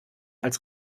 als